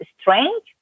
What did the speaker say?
strange